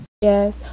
Yes